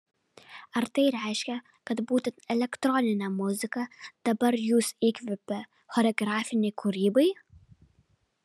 ar tai reiškia kad būtent elektroninė muzika dabar jus įkvepia choreografinei kūrybai